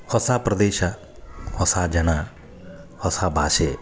ಹೊಸ ಪ್ರದೇಶ ಹೊಸ ಜನ ಹೊಸ ಭಾಷೆ